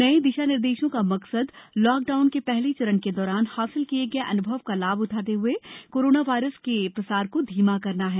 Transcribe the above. नये दिशा निर्देशों का मकसद लॉकडाउन के पहले चरण के दौरान हासिल किये गये अनुभव का लाभ उठाते हुए कोरोना वायरस के प्रसार को धीमा करना है